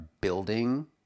building